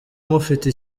mufite